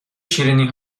شیرینی